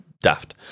daft